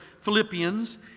Philippians